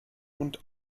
und